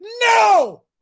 no